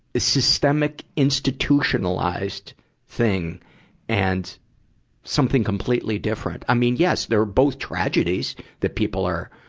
a systemic, institutionalized thing and something completely different i mean, yes, they're both tragedies that people are,